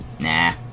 Nah